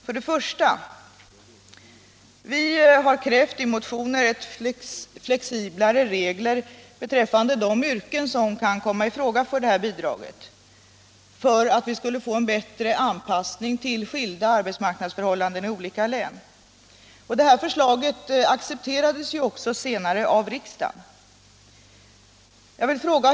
För det första: Vi har i motioner krävt flexiblare regler beträffande de yrken som kan komma i fråga för det här bidraget för att vi skulle få en bättre anpassning till skilda arbetsmarknadsförhållanden i olika län, och det förslaget har också senare accepterats av riksdagen.